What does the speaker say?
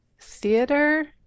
theater